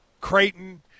Creighton